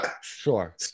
Sure